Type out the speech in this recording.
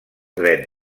dret